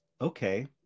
okay